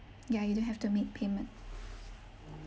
ya you don't have to make payment